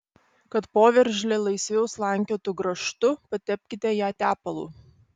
kad poveržlė laisviau slankiotų grąžtu patepkite ją tepalu